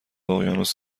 اقیانوس